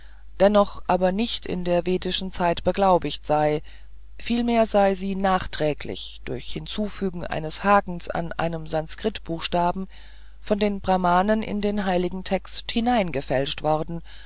dennoch aber nicht in der vedischen zeit beglaubigt sei vielmehr sei sie nachträglich durch hinzufügung eines hakens an einen sanskritbuchstaben von den brahmanen in den heiligen text hineingefälscht worden